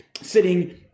sitting